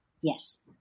Yes